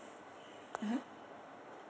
(uh huh)